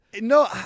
No